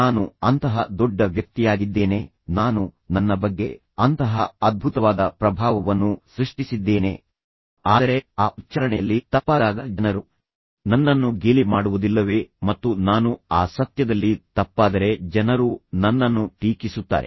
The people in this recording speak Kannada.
ನಾನು ಅಂತಹ ದೊಡ್ಡ ವ್ಯಕ್ತಿಯಾಗಿದ್ದೇನೆ ನಾನು ನನ್ನ ಬಗ್ಗೆ ಅಂತಹ ಅದ್ಭುತವಾದ ಪ್ರಭಾವವನ್ನು ಸೃಷ್ಟಿಸಿದ್ದೇನೆ ಆದರೆ ಆ ಉಚ್ಚಾರಣೆಯಲ್ಲಿ ತಪ್ಪಾದಾಗ ಜನರು ನನ್ನನ್ನು ಗೇಲಿ ಮಾಡುವುದಿಲ್ಲವೇ ಮತ್ತು ನಾನು ಆ ಸತ್ಯದಲ್ಲಿ ತಪ್ಪಾದರೆ ಜನರು ನನ್ನನ್ನು ಟೀಕಿಸುತ್ತಾರೆ